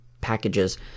packages